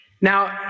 Now